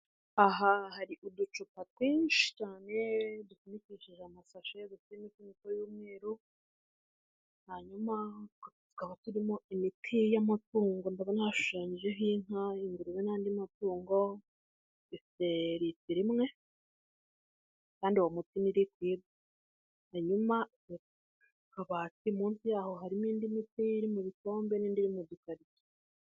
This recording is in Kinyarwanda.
Aha hari uducupa twinshi cyane dupfunyikishije amasashi ndetse n'imifuniko y'umweru, hanyuma tukaba turimo imiti y'amatungo ndabona hashushanyijeho inka, ingurube n'andi matungo, ifite ritiro imwe, kandi uwo muti ni litre litre. Hanyuma hakaba munsi yaho hari n'indi miti iri mu bikombe n'indi iri mugikarito.